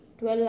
12